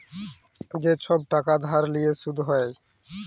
যে ছব টাকা ধার লিঁয়ে সুদ হ্যয়